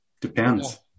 Depends